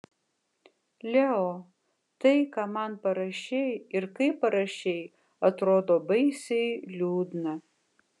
leo tai ką man parašei ir kaip parašei atrodo baisiai liūdna